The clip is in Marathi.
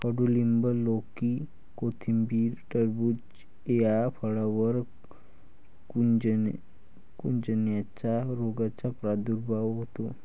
कडूलिंब, लौकी, कोथिंबीर, टरबूज या फळांवर कुजण्याच्या रोगाचा प्रादुर्भाव होतो